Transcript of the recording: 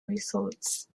results